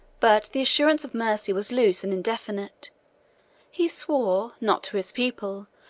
but the assurance of mercy was loose and indefinite he swore, not to his people,